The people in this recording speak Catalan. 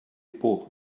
por